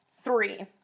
Three